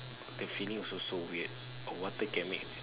the feeling also so weird got water can mix